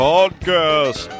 Podcast